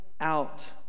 out